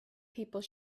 people